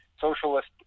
socialist